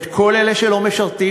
את כל אלה שלא משרתים,